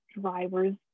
driver's